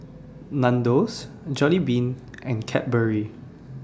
Nandos Jollibean and Cadbury